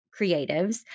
creatives